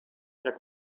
jak